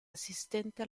assistente